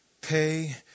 Pay